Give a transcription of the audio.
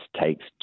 takes